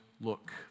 look